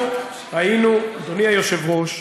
אנחנו היינו, אדוני היושב-ראש,